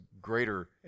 greater